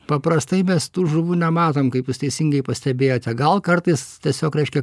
paprastai mes tų žuvų nematom kaip jūs teisingai pastebėjote gal kartais tiesiog reiškia